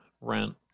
rent